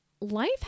life